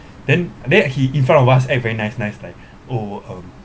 then then he in front of us eh very nice nice like oh um